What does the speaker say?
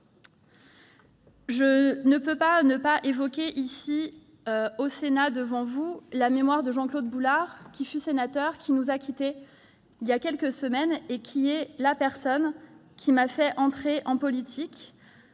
Je ne peux pas ne pas évoquer ici, au Sénat, devant vous, la mémoire de Jean-Claude Boulard, qui fut sénateur, et qui nous a quittés voilà quelques semaines. Il m'a fait entrer en politique